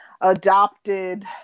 adopted